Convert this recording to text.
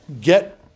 get